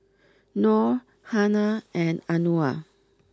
Nor Hana and Anuar